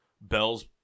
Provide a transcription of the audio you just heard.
Bell's